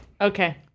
Okay